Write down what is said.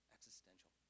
Existential